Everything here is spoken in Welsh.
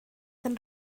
roedd